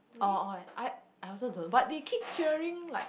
oh oh I I also don't but they keep cheering like